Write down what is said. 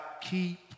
keep